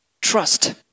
Trust